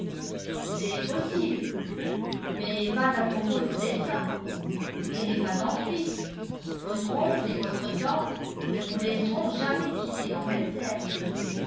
c'est possible mais pas à propos de dessins vous n'irez pas en suisse votre oncle et votre tante ne vous laisseront jamais quitter l'angleterre